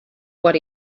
what